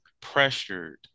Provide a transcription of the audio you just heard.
pressured